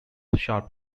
sharp